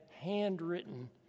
handwritten